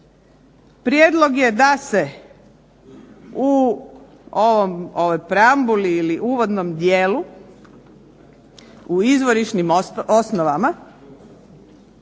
prijedlog je da se u ovoj preambuli ili uvodnom dijelu, u izvorišnim osnovama